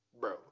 bro